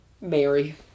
Mary